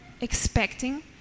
expecting